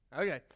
Okay